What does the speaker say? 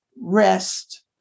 rest